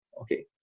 Okay